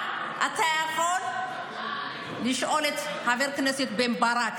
אתה יכול לשאול את חבר הכנסת בן ברק.